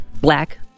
Black